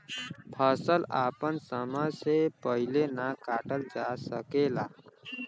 फसल आपन समय से पहिले ना काटल जा सकेला